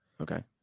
Okay